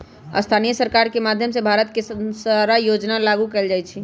स्थानीय सरकार के माधयम से भारत के सारा योजना लागू कएल जाई छई